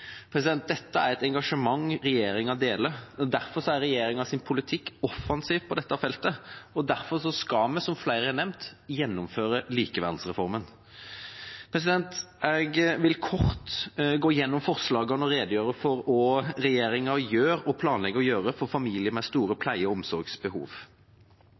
Dette er et engasjement regjeringa deler. Derfor er regjeringas politikk offensiv på dette feltet. Og derfor skal vi, som flere har nevnt, gjennomføre likeverdsreformen. Jeg vil kort gå gjennom forslagene og redegjøre for hva regjeringa gjør og planlegger å gjøre for familier med store